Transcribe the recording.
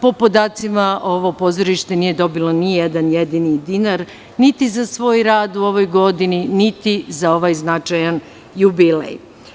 Po podacima ovo pozorište nije dobilo nijedan jedini dinar, niti za svoj radu u ovoj godini, niti za ovaj značajan jubilej.